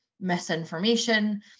misinformation